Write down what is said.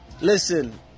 Listen